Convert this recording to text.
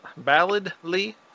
balladly